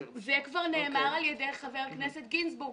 זה כבר נאמר על ידי חבר הכנסת גינזבורג,